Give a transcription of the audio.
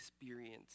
experience